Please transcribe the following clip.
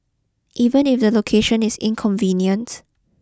even if the location is inconvenient